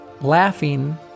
Laughing